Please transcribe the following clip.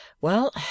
Well